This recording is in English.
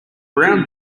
brown